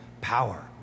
power